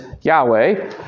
Yahweh